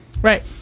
Right